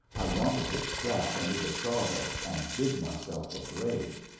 i wanted to scratch under the sawdust and dig myself a grave.